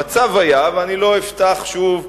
המצב היה, ואני לא אפתח שוב,